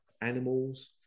animals